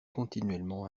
continuellement